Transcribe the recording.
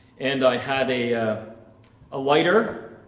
and i had a ah lighter,